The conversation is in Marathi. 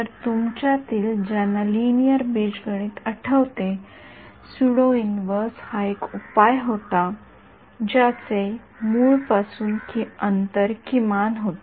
तर तुमच्यातील ज्यांना लिनिअर बीजगणित आठवते सुडो इन्व्हर्स हा एक उपाय होता ज्याचे मूळपासून अंतर किमान होते